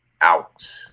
out